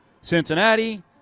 Cincinnati